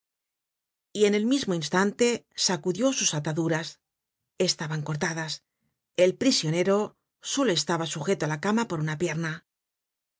y en el mismo instante sacudió sus ataduras estaban cortadas el prisionero solo estaba sujeto á la cama por una pierna